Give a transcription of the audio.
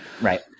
Right